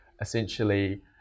essentially